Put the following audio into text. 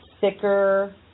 thicker